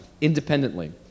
independently